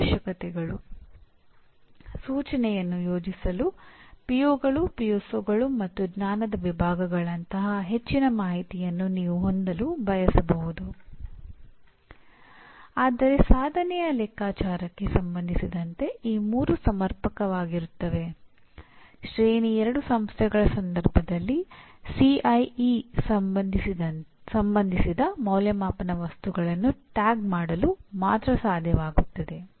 ಇದರರ್ಥ ನಾನು ನಿರ್ದಿಷ್ಟ ಪಠ್ಯಕ್ರಮದೊಂದಿಗೆ ಸಂಬಂಧ ಹೊಂದಿದ್ದರೆ ಕೆಲವು ಪರಿಣಾಮಗಳನ್ನು ಸಾಧಿಸಬೇಕು ಅಂದರೆ ಪಠ್ಯಕ್ರಮವನ್ನು ಪಡೆಯುವ ವಿದ್ಯಾರ್ಥಿಗಳು ಈ ಪರಿಣಾಮಗಳನ್ನು ಸಾಧಿಸಬೇಕು